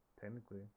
technically